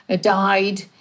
died